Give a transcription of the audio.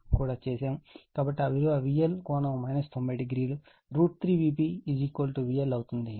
కాబట్టి ఆ విలువ VL ∠ 90o √ 3 Vp VL అవుతుంది